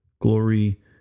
glory